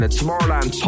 Tomorrowland